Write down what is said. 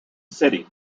city